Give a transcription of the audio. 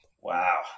Wow